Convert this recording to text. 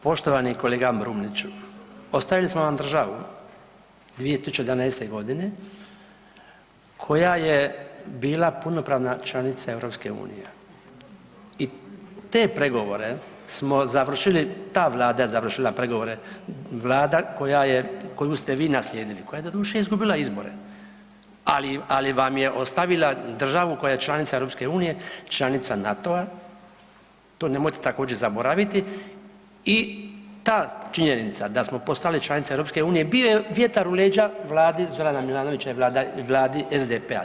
Poštovani kolega Brumniću, ostavili smo vam državu 2011.g. koja je bila punopravna članica EU i te pregovore smo završili, ta vlada je završila pregovore, vlada koja je, koju ste vi nasljedili, koja je doduše izgubila izbore, ali, ali vam je ostavila državu koja je članica EU, članica NATO-a, to nemojte također zaboraviti i ta činjenica da smo postali članica EU bio je vjetar u leđa vladi Zorana Milanovića i vladi SDP-a.